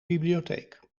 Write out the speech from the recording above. bibliotheek